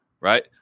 right